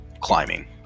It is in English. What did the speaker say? climbing